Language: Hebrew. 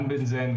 גם בנזן,